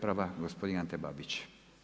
Prva gospodin Ante Babić.